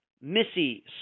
Missy